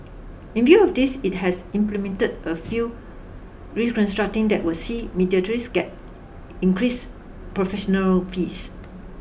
in view of this it has implemented a feel reconstructing that will see mediators get increased professional fees